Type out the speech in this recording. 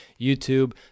YouTube